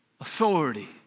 authority